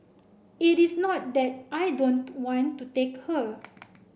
it is not that I don't want to take her